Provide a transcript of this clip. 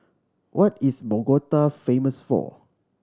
what is Bogota famous for